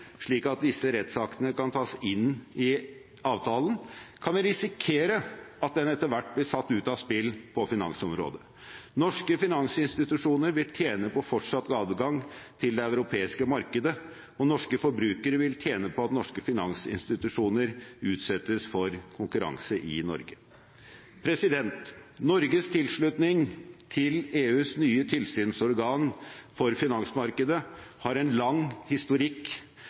slik at disse rettsaktene kan tas inn i EØS-avtalen, kan vi risikere at den etter hvert blir satt ut av spill på finansområdet. Norske finansinstitusjoner vil tjene på fortsatt adgang til det europeiske markedet, og norske forbrukere vil tjene på at norske finansinstitusjoner utsettes for konkurranse i Norge. Norges tilslutning til EUs nye tilsynsorgan for finansmarkedet har en lang historikk,